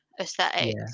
aesthetic